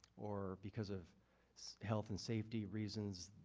or because of health and safety reasons,